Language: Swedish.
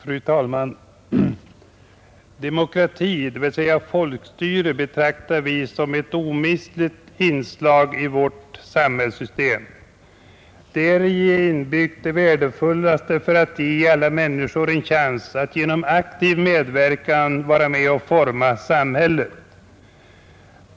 Fru talman! Demokrati, dvs. folkstyre, betraktar vi som ett omistligt inslag i vårt samhällssystem. Däri är inbyggt det värdefullaste för att ge alla människor en chans att aktivt vara med om att forma samhället.